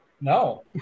No